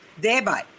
thereby